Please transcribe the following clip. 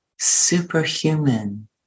superhuman